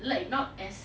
like not as